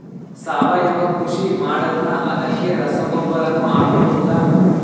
ಸಾವಯವ ಕೃಷಿ ಮಾಡದ್ರ ಅದಕ್ಕೆ ರಸಗೊಬ್ಬರನು ಹಾಕಬಹುದಾ?